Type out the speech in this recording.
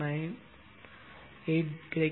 98 கிடைக்கும்